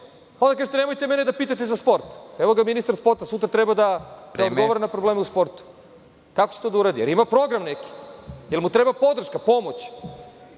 kažete – nemojte mene da pitate za sport. Evo ga ministar sporta, sutra treba da odgovora na probleme u sportu. Kako će to da uradi? Da li ima program neki? Da li mu treba podrška, pomoć?